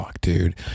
dude